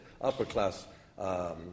upper-class